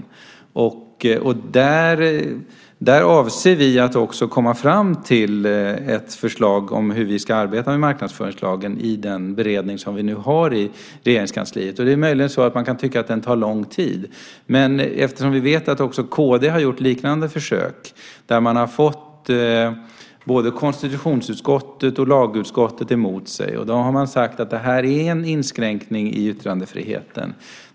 I den beredning som vi nu har i Regeringskansliet avser vi att komma fram till ett förslag om hur vi ska arbeta med marknadsföringslagen. Möjligen kan man tycka att den tar lång tid. Men vi vet ju att också kd har gjort liknande försök, där man har fått både konstitutionsutskottet och lagutskottet emot sig. Man har sagt att detta är en inskränkning i yttrandefriheten.